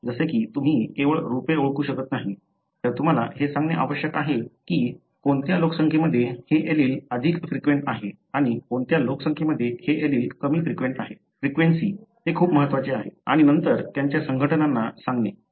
जसे की तुम्ही केवळ रूपे ओळखू शकत नाही तर तुम्हाला हे सांगणे आवश्यक आहे की कोणत्या लोकसंख्येमध्ये हे एलील अधिक फ्रिक्वेंट आहे आणि कोणत्या लोकसंख्येमध्ये हे एलील कमी फ्रिक्वेंट आहे फ्रिक्वेंसी ते खूप महत्वाचे आहे आणि नंतर त्यांच्या संघटनांना सांगणे